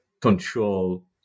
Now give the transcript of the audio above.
control